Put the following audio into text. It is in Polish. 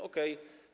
Okej.